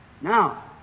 Now